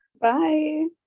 bye